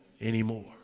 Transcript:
anymore